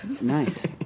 Nice